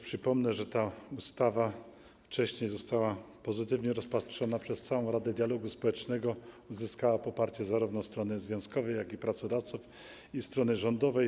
Przypomnę też, że ta ustawa wcześniej została pozytywnie rozpatrzona przez całą Radę Dialogu Społecznego i zyskała poparcie zarówno strony związkowej, jak i pracodawców i strony rządowej.